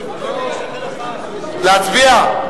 להצביע?